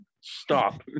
stop